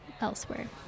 elsewhere